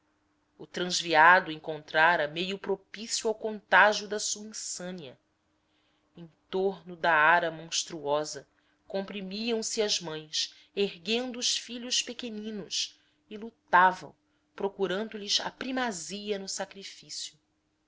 o transviado encontrara meio propício ao contágio da sua insânia em torno da ara monstruosa comprimiam se as mães erguendo os filhos pequeninos e lutavam procurando lhes a primazia no sacrifício